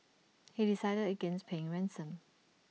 he decided against paying ransom